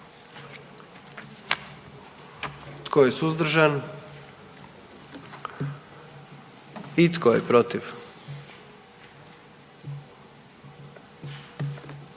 Tko je suzdržan? I tko je protiv?